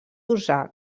usar